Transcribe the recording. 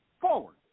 forward